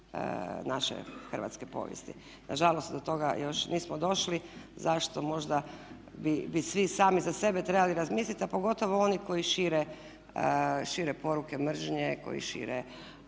naše hrvatske povijesti. Nažalost do toga još nismo došli. Zašto, možda bi svi sami za sebe trebali razmisliti a pogotovo oni koji šire poruke mržnje, koji šire